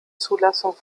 zulassung